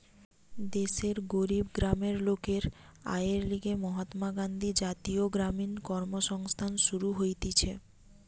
দেশের গরিব গ্রামের লোকের আয়ের লিগে মহাত্মা গান্ধী জাতীয় গ্রামীণ কর্মসংস্থান শুরু হতিছে